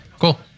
Cool